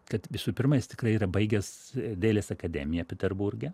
kad visų pirma jis tikrai yra baigęs dailės akademiją peterburge